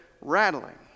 rattling